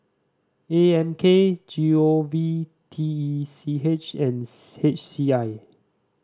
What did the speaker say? A M K G O V T E C H and H C I